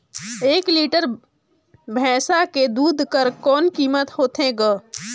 एक लीटर भैंसा के दूध कर कौन कीमत होथे ग?